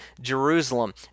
Jerusalem